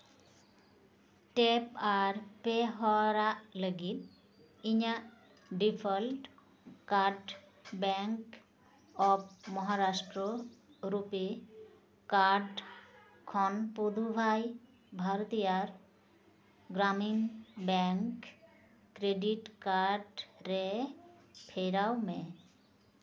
tap ᱟᱨ ᱯᱮ ᱦᱚᱲᱟᱜ ᱞᱟᱹᱜᱤᱫ ᱤᱧᱟᱹᱜ default card bank of Maharashtra RuPay card ᱠᱷᱚᱱ Puduvai Bharathiar Gramin bank credit card ᱨᱮ ᱯᱷᱮᱨᱟᱣ ᱢᱮ